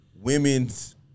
women's